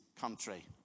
country